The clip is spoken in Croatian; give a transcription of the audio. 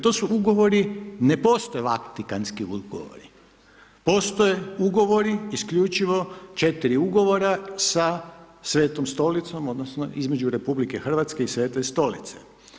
To su ugovori, ne postoje Vatikanski ugovori, postoje ugovori, isključivo 4 ugovora sa Svetom Stolicom, odnosno, između RH i Svete Stolice.